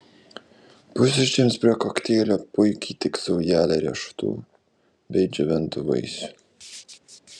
pusryčiams prie kokteilio puikiai tiks saujelė riešutų bei džiovintų vaisių